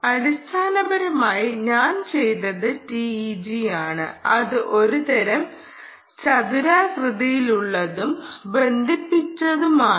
അടിസ്ഥാനപരമായി ഞാൻ ചെയ്തത് TEG ആണ് അത് ഒരുതരം ചതുരാകൃതിയിലുള്ളതും ബന്ധിപ്പിച്ചതുമാണ്